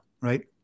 Right